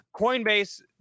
Coinbase